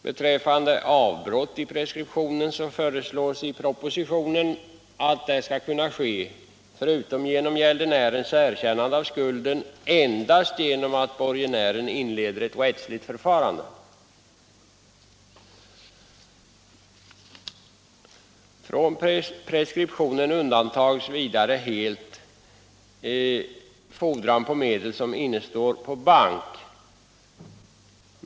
Beträffande avbrott i preskription föreslås i propositionen att de skall kunna ske förutom genom gäldenärens erkännande av skulden endast genom att borgenären inleder ett rättsligt förfarande. Från preskriptionen undantas vidare helt fordran på medel som innestår på bank.